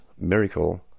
miracle